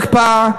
הקפאה,